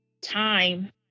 time